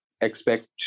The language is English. expect